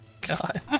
God